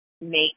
make